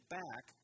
back